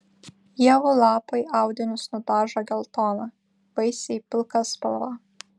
ievų lapai audinius nudažo geltona vaisiai pilka spalva